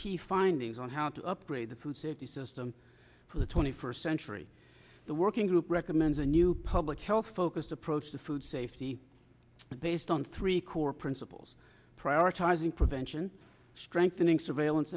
key findings on how to upgrade the food safety system for the twenty first century the working group recommends a new public health focused approach to food safety based on three core principles prioritizing prevention strengthening surveillance